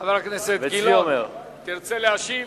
חבר הכנסת גילאון, תרצה להשיב?